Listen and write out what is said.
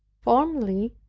formerly,